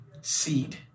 seed